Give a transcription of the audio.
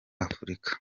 afurika